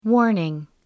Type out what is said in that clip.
Warning